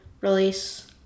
release